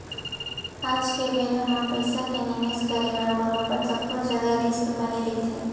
आज के बेरा म पइसा के निवेस करे म बरोबर सब्बो जघा रिस्क बने रहिथे